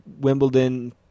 Wimbledon